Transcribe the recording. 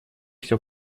все